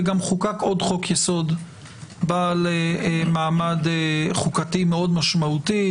וגם חוקק עוד חוק-יסוד בעל מעמד חוקתי מאוד משמעותי,